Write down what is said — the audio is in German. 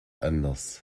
anders